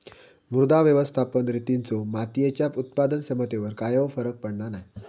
मृदा व्यवस्थापन रितींचो मातीयेच्या उत्पादन क्षमतेवर कायव फरक पडना नाय